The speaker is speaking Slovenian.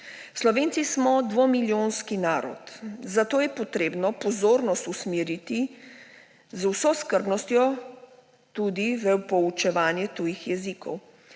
Slovenci smo dvomilijonski narod, zato je potrebno pozornost usmeriti z vso skrbnostjo tudi v poučevanje tujih jezikov.